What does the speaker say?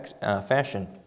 fashion